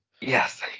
Yes